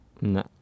No